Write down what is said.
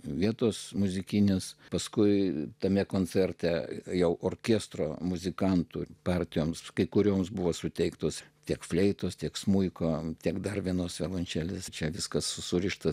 vietos muzikinis paskui tame koncerte jau orkestro muzikantų partijoms kurioms buvo suteiktos tiek fleitos tiek smuiko tiek dar vienos violančelės čia viskas surišta